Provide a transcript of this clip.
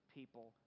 People